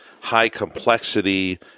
high-complexity